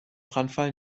brandfall